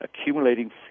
accumulating